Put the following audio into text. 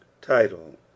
title